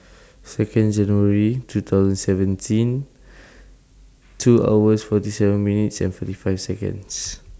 Second January two thousand seventeen two hours forty seven minutes and forty five Seconds